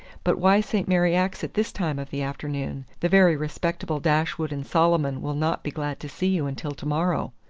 but why st. mary axe at this time of the afternoon? the very respectable dashwood and solomon will not be glad to see you until to-morrow.